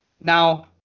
Now